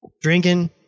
drinking